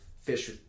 fish